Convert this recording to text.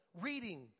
reading